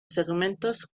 segmentos